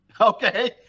Okay